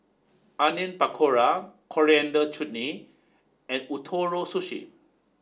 Onion Pakora Coriander Chutney and Ootoro Sushi